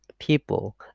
people